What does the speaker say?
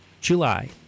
July